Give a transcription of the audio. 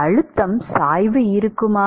அழுத்தம் சாய்வு இருக்குமா